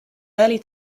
early